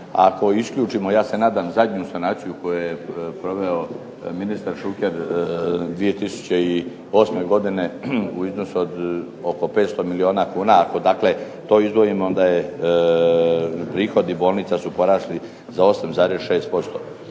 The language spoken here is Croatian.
ako isključimo, ja se nadam zadnju sanaciju koju je proveo ministar Šuker 2008. godine u iznosu od oko 500 milijuna kuna, ako dakle to izdvojimo, onda je prihodi bolnica su porasli za 8,6%.